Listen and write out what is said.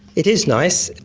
it is nice.